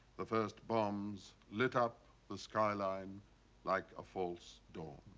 the first bombs lit up the skyline like a false dawn.